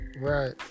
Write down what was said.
right